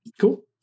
Cool